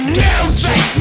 music